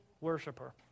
worshiper